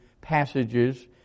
passages